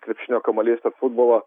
krepšinio kamuoliais ar futbolo